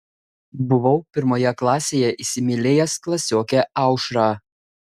buvau pirmoje klasėje įsimylėjęs klasiokę aušrą